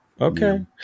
Okay